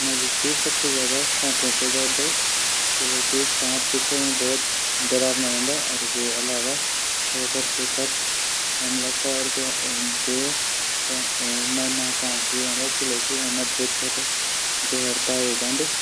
मेथे जादा डोर सांपो से लगदू किले की सांप बहुत डरावना हूंदा। वे अलावा वे अलावा कै फर हमला कोर दियावा त. ऊंक मुना चांस भी होंदा। किलै की ऊमा जैर पाये जांदू।